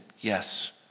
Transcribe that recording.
yes